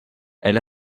elle